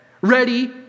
ready